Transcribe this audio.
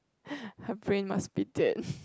her brain must be dead